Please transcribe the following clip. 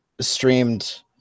Streamed